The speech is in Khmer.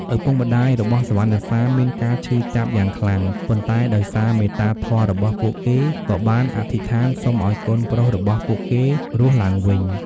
ឪពុកម្ដាយរបស់សុវណ្ណសាមមានការឈឺចាប់យ៉ាងខ្លាំង ប៉ុន្តែដោយសារមេត្តាធម៌របស់ពួកគេ ក៏បានអធិដ្ឋានសុំឱ្យកូនប្រុសរបស់ពួកគេរស់ឡើងវិញ។